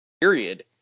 period